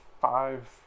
five